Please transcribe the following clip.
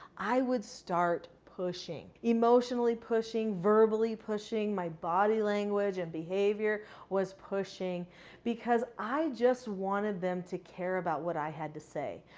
i would start pushing. emotionally pushing, verbally pushing. my body language and behavior was pushing because i just wanted them to care about what i had to say.